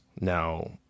Now